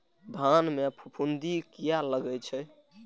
धान में फूफुंदी किया लगे छे?